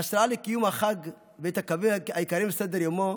את ההשראה לקיום החג ואת הקווים העיקריים לסדר-יומו